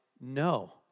No